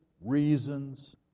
reasons